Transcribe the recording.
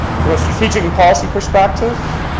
from a strategic and policy perspective